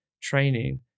training